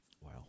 Wow